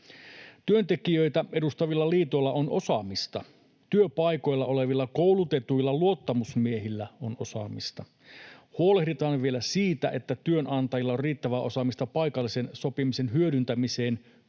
Työntekijöitä edustavilla liitoilla on osaamista. Työpaikoilla olevilla koulutetuilla luottamusmiehillä on osaamista. Huolehditaan vielä siitä, että työnantajilla on riittävää osaamista paikallisen sopimisen hyödyntämiseen